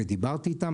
ודיברתי איתם.